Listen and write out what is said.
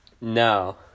no